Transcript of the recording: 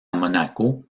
monaco